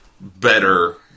better